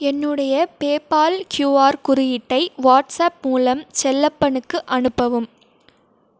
என்னுடைய PayPal QR குறியீட்டை WhatsApp மூலம் செல்லப்பனுக்கு அனுப்பவும்